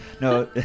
No